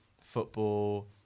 football